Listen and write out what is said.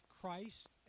Christ